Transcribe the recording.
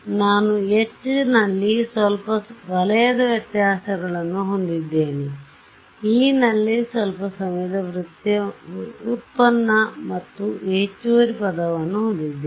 ನಾನು H ನಲ್ಲಿ ಸ್ವಲ್ಪ ವಲಯದ ವ್ಯತ್ಯಾಸವನ್ನು ಹೊಂದಿದ್ದೇನೆ E ನಲ್ಲಿ ಸ್ವಲ್ಪ ಸಮಯದ ವ್ಯುತ್ಪನ್ನ ಮತ್ತು ಹೆಚ್ಚುವರಿ ಪದವನ್ನು ಹೊಂದಿದ್ದೇನೆ